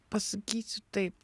pasakysiu taip